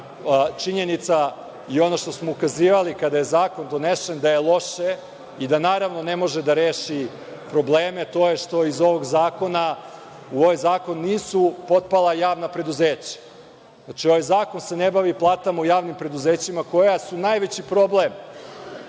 činjenica i ono što smo ukazivali kada je zakon donesen da je loše i da ne može da reši probleme to je što u ovaj zakon nisu potpala javna preduzeća. Znači, ovaj zakon se ne bavi platama u javnim preduzećima koja su najveći problem